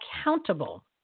accountable